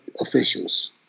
officials